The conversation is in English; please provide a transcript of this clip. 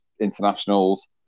internationals